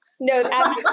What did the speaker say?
No